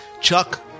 Chuck